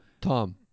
Tom